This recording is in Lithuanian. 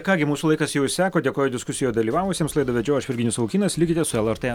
ką gi mūsų laikas jau išseko dėkoju diskusijoje dalyvavusiems laidą vedžiau aš virginijus savukynas likite su lrt